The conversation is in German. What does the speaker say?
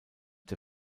der